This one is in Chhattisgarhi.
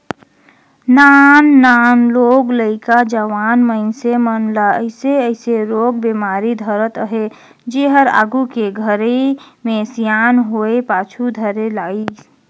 नान नान लोग लइका, जवान मइनसे मन ल अइसे अइसे रोग बेमारी धरत अहे जेहर आघू के घरी मे सियान होये पाछू धरे लाइस